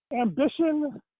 ambition